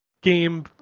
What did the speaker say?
game